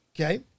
Okay